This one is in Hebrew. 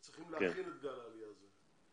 צריכים להכין את גל העלייה הזה.